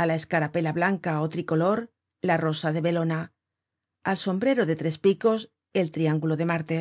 á la escarapela blanca ó tricolor la rosa de belona al sombrero de tres picos el triángulo de marte